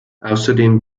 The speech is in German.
außerdem